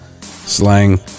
slang